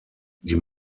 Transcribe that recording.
die